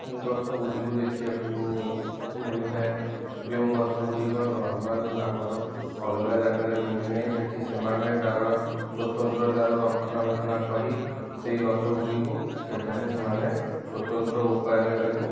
ଗଛ ଗୁଡ଼ିକୁ ଦେଖିବାକୁ ମିଳିଥାଏ ଯେଉଁ ଗଛ ଗୁଡ଼ିକ ନର୍ମାଲ ଆମର ଅଲଗା ଜାଗାରେ ମିଳେନାହିଁ ସେଠି ସେମାନେ ତାର ସ୍ୱତନ୍ତ୍ର ତାର ରକ୍ଷଣା ବେକ୍ଷଣା କରି ସେଇ ଗଛଗୁଡ଼ିକୁ ସେଠାରେ ସେମାନେ ସ୍ୱତନ୍ତ୍ର ଉପାୟରେ ତାକୁ